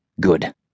Good